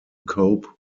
cope